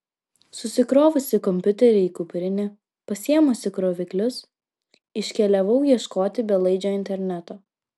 susikrovusi kompiuterį į kuprinę pasiėmusi kroviklius iškeliavau ieškoti belaidžio interneto